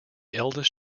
eldest